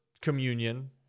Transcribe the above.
communion